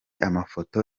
amafoto